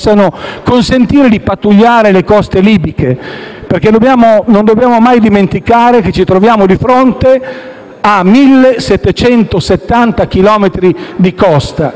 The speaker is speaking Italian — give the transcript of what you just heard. consentire di pattugliare le coste libiche, perché non dobbiamo mai dimenticare che ci troviamo di fronte a 1.770 chilometri di costa,